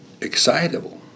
excitable